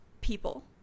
people